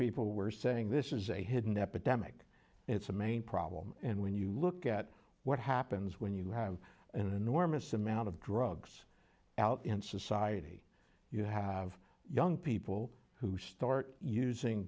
people were saying this is a hidden epidemic it's a main problem and when you look at what happens when you have an enormous amount of drugs out in society you have young people who start using